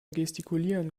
gestikulieren